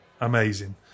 Amazing